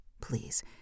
please